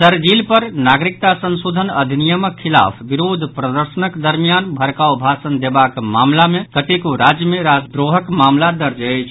शरजील पर नागरिकता संशोधन अधिनियमक खिलाफ विरोध प्रदर्शनक दरमियान भड़काऊ भाषण देबाक मामिला मे कतेको राज्य मे राजद्रोहक मामिला दर्ज अछि